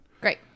great